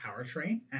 Powertrain